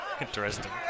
Interesting